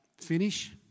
finish